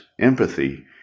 empathy